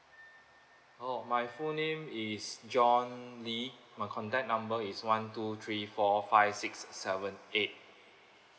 oh my full name is john lee my contact number is one two three four five six seven eight